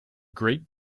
great